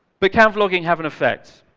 but can vlogging have an effect?